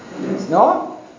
No